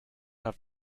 have